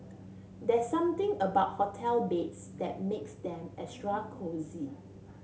there's something about hotel beds that makes them extra cosy